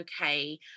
okay